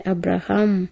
Abraham